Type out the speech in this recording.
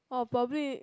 oh probably